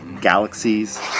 galaxies